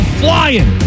flying